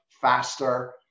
faster